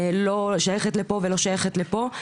לא שייכת לפה ולא שייכת לפה.